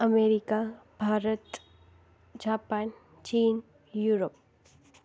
America Bharat Japan चीन Europe